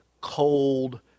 cold